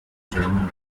german